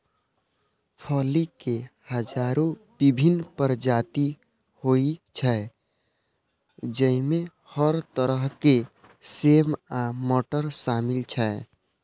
फली के हजारो विभिन्न प्रजाति होइ छै, जइमे हर तरह के सेम आ मटर शामिल छै